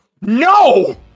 No